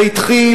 זה התחיל